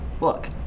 look